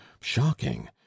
shocking